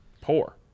poor